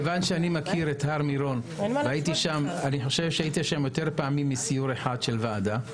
מכיוון שאני מכיר את הר מירון והייתי שם יותר פעמים מסיור אחד של וועדה,